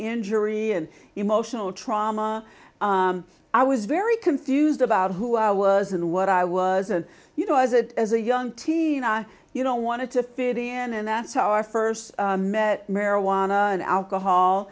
injury and emotional trauma i was very confused about who i was and what i wasn't you know as it as a young teen i you know wanted to fit in and that's how i first met marijuana and alcohol